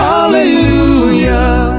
Hallelujah